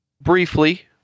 briefly